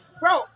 bro